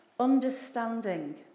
Understanding